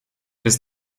bis